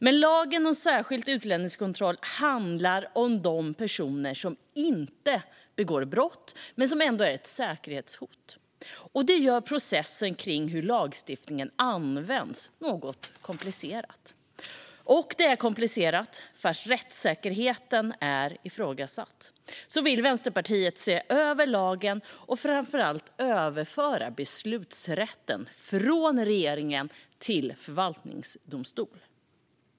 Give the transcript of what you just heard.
Men lagen om särskild utlänningskontroll handlar om de personer som inte begår brott men som ändå är ett säkerhetshot. Det gör processen kring hur lagstiftningen används något komplicerad. Eftersom det är komplicerat och eftersom rättssäkerheten är ifrågasatt vill Vänsterpartiet se över lagen och framför allt överföra beslutsrätten från regeringen till en förvaltningsdomstol.